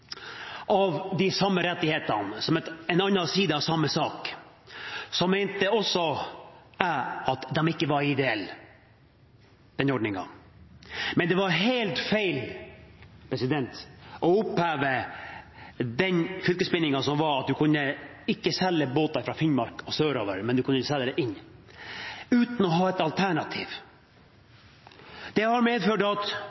av de samme rettighetene, som er en annen side av samme sak, mente også jeg at den ordningen ikke var ideell, men det var helt feil å oppheve den fylkesbindingen som var – at man ikke kunne selge båter fra Finnmark og sørover, men man kunne selge dem inn – uten å ha et alternativ. Det har medført at